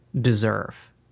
Deserve